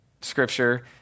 scripture